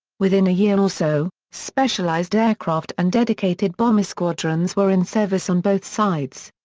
within a year or so, specialized aircraft and dedicated bomber squadrons were in service on both sides.